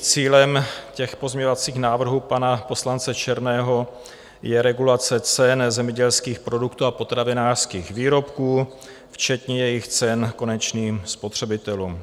Cílem těchto pozměňovacích návrhů pana poslance Černého je regulace cen zemědělských produktů a potravinářských výrobků včetně jejich cen konečným spotřebitelům.